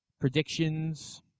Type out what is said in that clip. Predictions